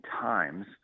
times